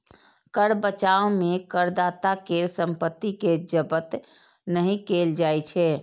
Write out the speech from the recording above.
कर बचाव मे करदाता केर संपत्ति कें जब्त नहि कैल जाइ छै